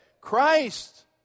Christ